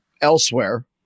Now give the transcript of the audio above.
elsewhere